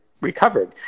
recovered